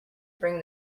bring